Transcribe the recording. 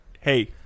hey